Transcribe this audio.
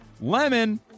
Lemon